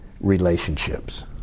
relationships